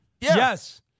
Yes